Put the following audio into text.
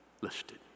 Lifted